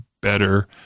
better